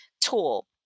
tool